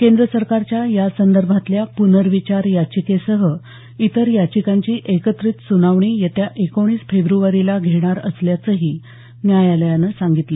केंद्रसरकारच्या या संदर्भातल्या प्नर्विचार याचिकेसह इतर याचिकांची एकत्रित सुनावणी येत्या एकोणीस फेब्रवारीला घेणार असल्याचंही न्यायालयानं सांगितलं